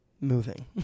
moving